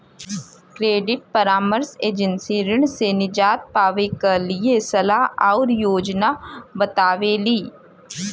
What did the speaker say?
credit परामर्श agency ऋण से निजात पावे क लिए सलाह आउर योजना बतावेली